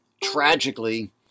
tragically